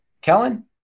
Kellen